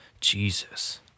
Jesus